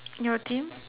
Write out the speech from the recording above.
your team